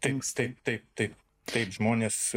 inkstai taip taip taip taip žmonės